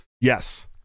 Yes